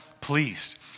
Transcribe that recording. pleased